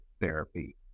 therapy